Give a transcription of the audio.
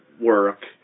work